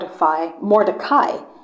Mordecai